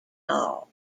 hall